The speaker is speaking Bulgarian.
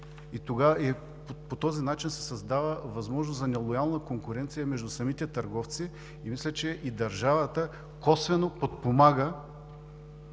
и по този начин се създава възможност за нелоялна конкуренция между самите търговци и мисля, че държавата косвено подпомага